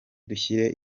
dushyire